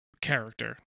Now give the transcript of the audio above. character